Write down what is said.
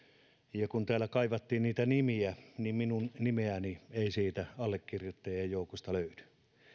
ja kun täällä kaivattiin niitä nimiä niin minun nimeäni ei siitä allekirjoittajien joukosta löydy